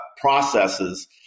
processes